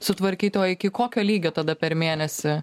sutvarkyti o iki kokio lygio tada per mėnesį